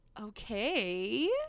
okay